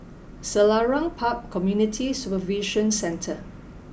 Selarang Park Community Supervision Centre